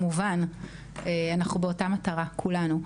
אנחנו באותה מטרה כולנו.